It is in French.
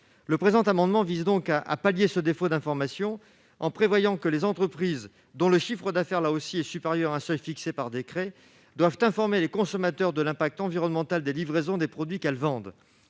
Le présent amendement vise donc à pallier ce défaut d'information, en obligeant les entreprises au chiffre d'affaires supérieur à un seuil fixé par décret à informer les consommateurs de l'impact environnemental des livraisons des produits qu'elles vendent.